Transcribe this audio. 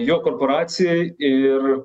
jo korporacijai ir